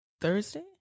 Thursday